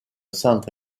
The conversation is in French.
centre